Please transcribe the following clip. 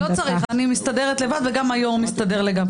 לא צריך, אני מסתדרת לבד, וגם היו"ר מסתדר.